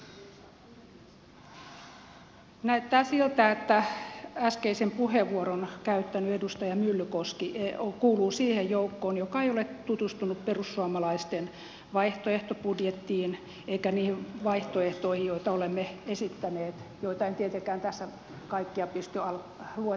näyttää siltä että äskeisen puheenvuoron käyttänyt edustaja myllykoski kuuluu siihen joukkoon joka ei ole tutustunut perussuomalaisten vaihtoehtobudjettiin eikä niihin vaihtoehtoihin joita olemme esittäneet joita en tietenkään tässä kaikkia pysty luetteloimaan